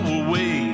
away